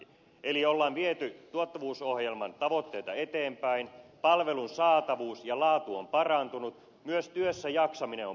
eli on viety tuottavuusohjelman tavoitteita eteenpäin palvelun saatavuus ja laatu on parantunut myös työssäjaksaminen on parantunut